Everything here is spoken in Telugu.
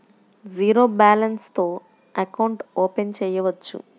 జీరో బాలన్స్ తో అకౌంట్ ఓపెన్ చేయవచ్చు?